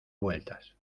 vueltas